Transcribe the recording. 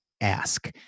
ask